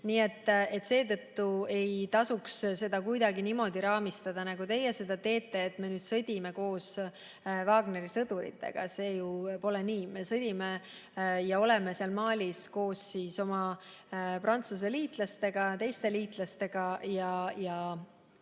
Seetõttu ei tasuks seda kuidagi niimoodi raamistada, nagu teie seda teete, et me nüüd sõdime koos Wagneri sõduritega. See ju pole nii. Me sõdime ja oleme Malis koos oma Prantsuse liitlastega ja teiste liitlastega.